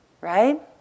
right